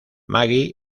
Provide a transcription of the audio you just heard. maggie